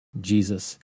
Jesus